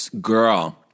Girl